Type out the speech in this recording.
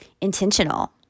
intentional